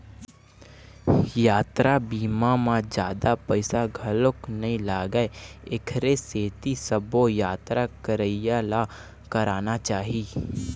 यातरा बीमा म जादा पइसा घलोक नइ लागय एखरे सेती सबो यातरा करइया ल कराना चाही